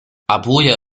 abuja